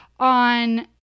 on